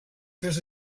tres